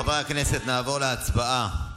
חברי הכנסת, נעבור להצבעה.